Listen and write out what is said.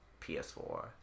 PS4